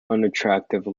unattractive